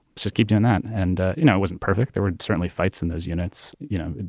just keep doing that. and, you know, it wasn't perfect. there were certainly fights in those units. you know,